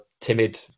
timid